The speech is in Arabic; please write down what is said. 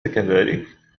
كذلك